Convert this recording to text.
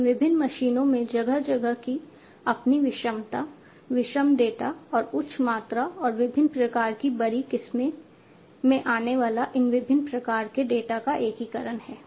इन विभिन्न मशीनों में जगह जगह की अपनी विषमता विषम डेटा और उच्च मात्रा और विभिन्न प्रकार की बड़ी किस्में में आने वाले इन विभिन्न प्रकार के डेटा का एकीकरण हैं